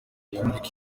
kumurika